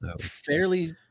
fairly